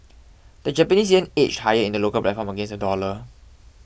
the Japanese yen edged higher in the local platform against the dollar